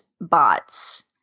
bots